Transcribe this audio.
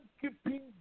keeping